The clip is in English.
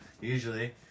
usually